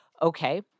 okay